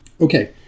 Okay